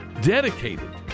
dedicated